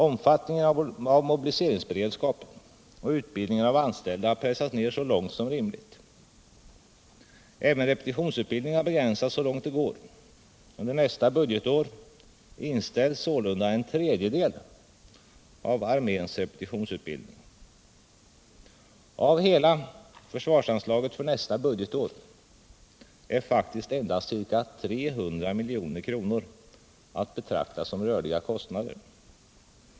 Omfattningen av mobiliseringsberedskapen och utbildningen av anställda har pressats ner så långt som det är rimligt. Även repetitionsutbildningen har begränsats så långt det går. Under nästa budgetår inställs sålunda en tredjedel av arméns repetitionsutbildning. Av hela försvarsanslaget för nästa budgetår är faktiskt endast ca 300 milj.kr. att betrakta som rörliga kostnader.